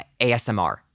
ASMR